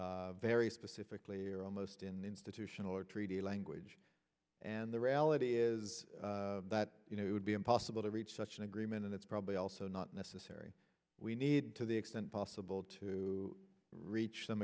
very specifically are almost in the institutional or treaty language and the reality is that it would be impossible to reach such an agreement and it's probably also not necessary we need to the extent possible to reach some